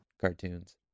cartoons